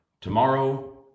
Tomorrow